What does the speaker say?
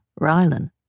Rylan